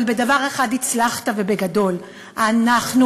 אבל בדבר אחד הצלחת ובגדול: אנחנו